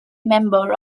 member